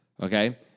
okay